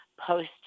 post